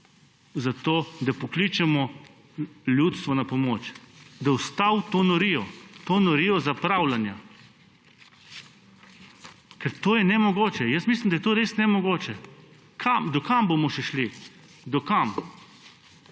za to, da pokličemo ljudstvo na pomoč, da ustavi to norijo, to norijo zapravljanja. Ker to je nemogoče. Jaz mislim, da je to res nemogoče. Do kod bomo še šli? Do kod?